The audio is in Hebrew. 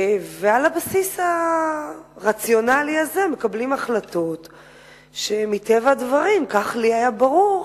ועל הבסיס הרציונלי הזה מקבלים החלטות שמטבע הדברים כך לי היה ברור,